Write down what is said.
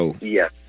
Yes